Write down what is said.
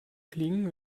klingen